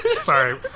sorry